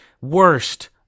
Worst